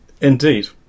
Indeed